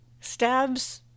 stabs